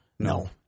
No